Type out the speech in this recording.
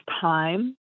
time